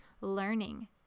learning